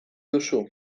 duzu